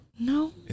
no